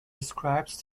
describes